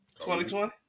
2020